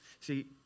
See